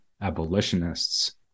abolitionists